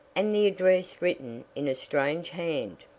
and the address written in a strange hand.